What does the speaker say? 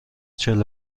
چهل